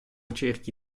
cerchi